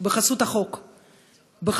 מי